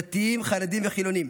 דתיים, חרדים וחילונים,